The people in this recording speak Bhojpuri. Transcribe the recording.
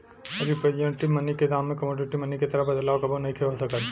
रिप्रेजेंटेटिव मनी के दाम में कमोडिटी मनी के तरह बदलाव कबो नइखे हो सकत